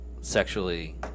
sexually